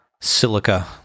silica